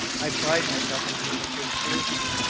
i pride myself on being a good steersman,